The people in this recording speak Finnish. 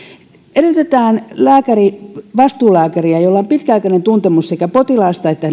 edellytetään vastuulääkäriä jolla on pitkäaikainen tuntemus sekä potilaasta että